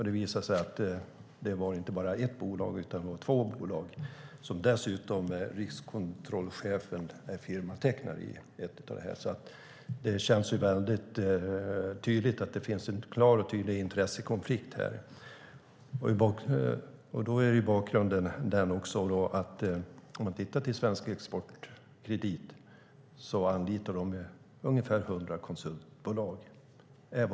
Det visade sig att det inte var bara ett bolag utan två bolag. Dessutom är riskkontrollchefen firmatecknare för ett av dem. Det finns alltså en klar och tydlig intressekonflikt här. Svensk Exportkredit anlitar ungefär 100 konsultbolag.